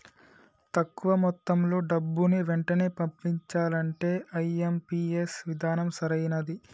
తక్కువ మొత్తంలో డబ్బుని వెంటనే పంపించాలంటే ఐ.ఎం.పీ.ఎస్ విధానం సరైనది